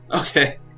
Okay